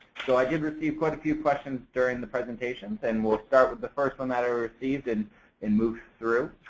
so i did receive quite a few questions during the presentation and we'll start with the first one that i received and and move through.